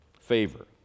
favor